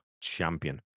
champion